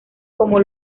como